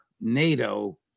NATO